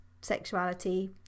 sexuality